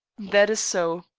that is so.